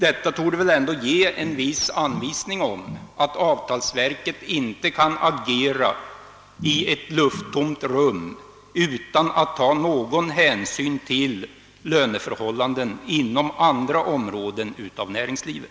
Detta torde ändå ge en anvisning om att avtalsverket inte kan agera i ett lufttomt rum utan att ta någon hänsyn till löneförhållanden inom andra områden av näringslivet.